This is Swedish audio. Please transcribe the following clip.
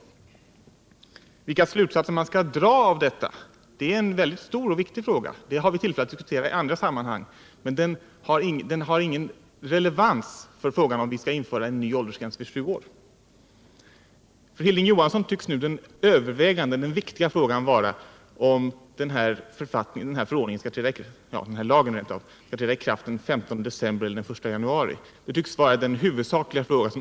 Vilka slutsatser vi skall dra av detta är en stor och mycket viktig fråga, som vi har tillfälle att diskutera i andra sammanhang. Den har ingen relevans för frågan om vi skall införa en ny åldersgräns vid sju år. För Hilding Johansson tycks nu den tyngst vägande frågan vara om den här lagen skall träda i kraft den 15 december eller den 1 januari.